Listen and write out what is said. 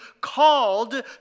called